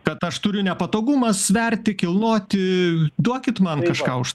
kad aš turiu nepatogumą sverti kilnoti duokit man kažką už